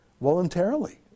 voluntarily